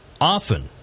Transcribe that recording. often